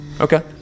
Okay